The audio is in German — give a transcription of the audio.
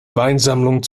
weinsammlung